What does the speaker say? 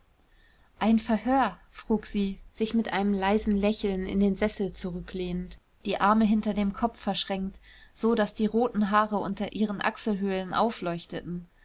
ein verhör frug sie sich mit einem leisen lächeln in den sessel zurücklehnend die arme hinter dem kopf verschränkt so daß die roten haare unter ihren achselhöhlen aufleuchteten